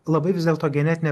labai vis dėlto genetinė